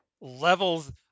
levels